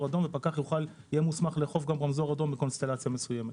אדום ופקח יהיה מוסמך לאכוף רמזור אדום בקונסטלציה מסוימת.